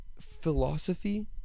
philosophy